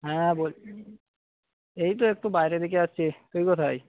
হ্যাঁ বলছি এই তো একটু বাইরে থেকে আসছি তুই কোথায়